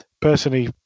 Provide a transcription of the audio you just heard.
personally